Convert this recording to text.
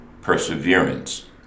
perseverance